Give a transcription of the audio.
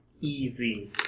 Easy